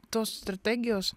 tos strategijos